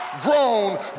grown